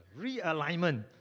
Realignment